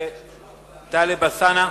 2173,